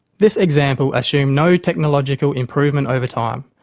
this example assumed no technological improvement over time.